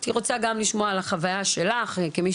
הייתי רוצה גם לשמוע על החוויה שלך כמי